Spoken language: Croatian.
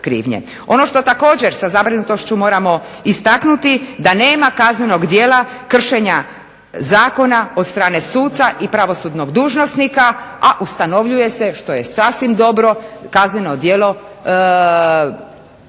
Ono što također sa zabrinutošću moramo istaknuti da nema kaznenog djela kršenja zakona od strane suca i pravosudnog dužnosnika, a ustanovljuje se što je sasvim dobro, kazneno djelo koje